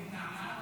כנסת נכבדה,